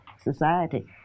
society